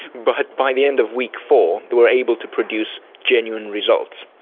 but by the end of week four they were able to produce genuine results.